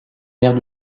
mère